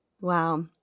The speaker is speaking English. Wow